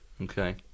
Okay